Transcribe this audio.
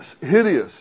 hideous